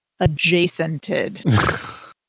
adjacented